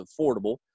affordable